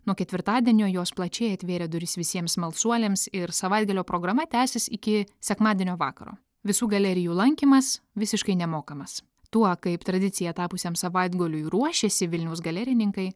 nuo ketvirtadienio jos plačiai atvėrė duris visiems smalsuoliams ir savaitgalio programa tęsis iki sekmadienio vakaro visų galerijų lankymas visiškai nemokamas tuo kaip tradicija tapusiam savaitgaliui ruošėsi vilniaus galerininkai